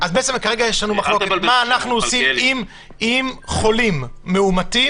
כרגע יש לנו מחלוקת מה אנחנו עושים עם חולים מאומתים,